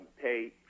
pay